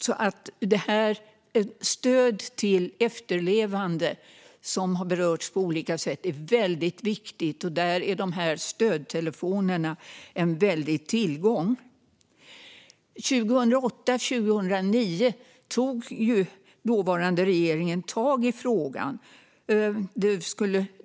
Stöd till efterlevande som har berörts på olika sätt är väldigt viktigt, och där är stödtelefonerna en väldig tillgång. År 2008 och 2009 tog dåvarande regeringen tag i frågan.